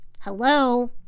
hello